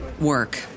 work